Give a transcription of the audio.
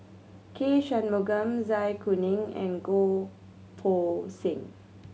K Shanmugam Zai Kuning and Goh Poh Seng